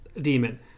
demon